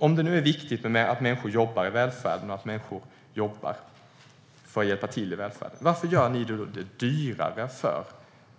Om det nu är viktigt att människor jobbar i välfärden och att människor jobbar för att hjälpa till i välfärden, varför gör ni det då dyrare för